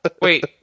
Wait